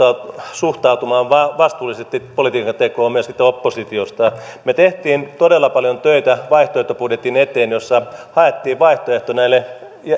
suhtautumaan vastuullisesti politiikan tekoon myöskin oppositiosta me teimme todella paljon töitä vaihtoehtobudjetin eteen jossa haettiin vaihtoehto näille